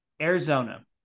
Arizona